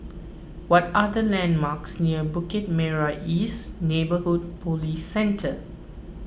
what are the landmarks near Bukit Merah East Neighbourhood Police Centre